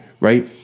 right